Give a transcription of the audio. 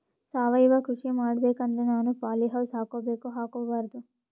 ಸಾವಯವ ಕೃಷಿ ಮಾಡಬೇಕು ಅಂದ್ರ ನಾನು ಪಾಲಿಹೌಸ್ ಹಾಕೋಬೇಕೊ ಹಾಕ್ಕೋಬಾರ್ದು?